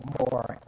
more